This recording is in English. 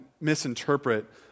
misinterpret